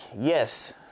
Yes